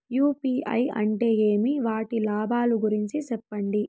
UPI అంటే ఏమి? వాటి లాభాల గురించి సెప్పండి?